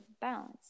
balance